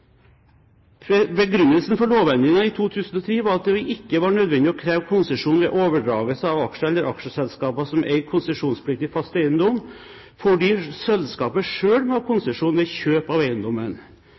ikke var nødvendig å kreve konsesjon ved overdragelser av aksjer eller aksjeselskaper som eier konsesjonspliktig fast eiendom, fordi selskapet selv må ha